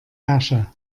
herrsche